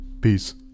Peace